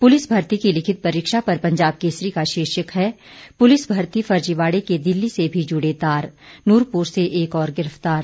police भर्ती की लिखित परीक्षा पर पंजाब केसरी का शीर्षक है पुलिस भर्ती फर्जीवाड़े के दिल्ली से भी जुड़े तार नूरपुर से एक और गिरफ्तार